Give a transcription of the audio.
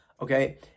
okay